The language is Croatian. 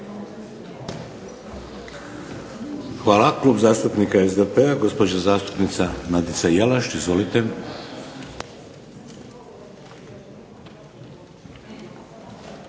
Hvala. Klub zastupnika SDP-a, gospođa zastupnica Nadica Jelaš. Izvolite.